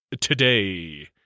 today